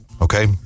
Okay